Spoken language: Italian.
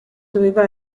doveva